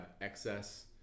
excess